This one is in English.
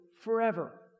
forever